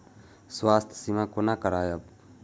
स्वास्थ्य सीमा कोना करायब?